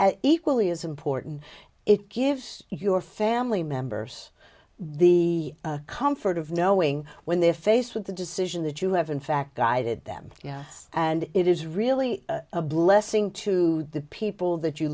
equally as important it gives your family members the comfort of knowing when they're faced with a decision that you have in fact guided them yes and it is really a blessing to the people that you